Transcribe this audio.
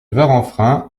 varanfrain